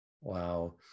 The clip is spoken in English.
Wow